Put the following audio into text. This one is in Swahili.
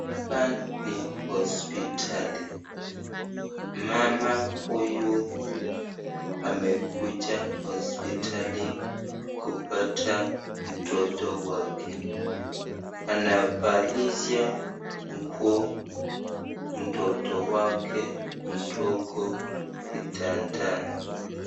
Hapa ni hosiptali, mama huyu amekuja hosiptali kupata mtoto wake, anavalisha nguo mtoto wake mdogo kitandani.